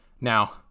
Now